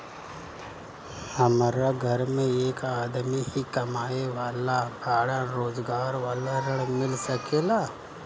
हमरा घर में एक आदमी ही कमाए वाला बाड़न रोजगार वाला ऋण मिल सके ला?